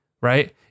Right